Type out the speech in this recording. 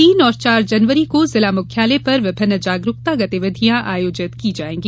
तीन और चार जनवरी को जिला मुख्यालय पर विभिन्न जागरूकता गतिविधिया आयोजित की जायेंगी